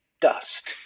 dust